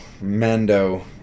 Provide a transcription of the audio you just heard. Mando